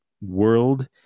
world